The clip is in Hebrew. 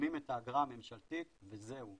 משלמים את האגרה הממשלתית וזהו.